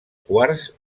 quars